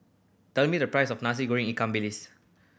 tell me the price of Nasi Goreng ikan bilis